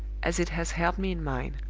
as it has helped me in mine.